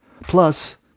plus